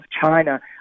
China